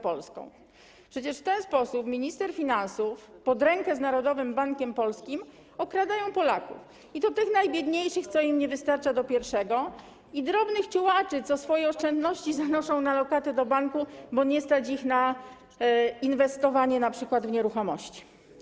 Przecież w ten sposób minister finansów pod rękę z Narodowym Bankiem Polskim okradają Polaków, i to tych najbiedniejszych, którym nie wystarcza do pierwszego, oraz drobnych ciułaczy, którzy swoje oszczędności zanoszą na lokatę do banku, bo nie stać ich na inwestowanie np. w nieruchomości.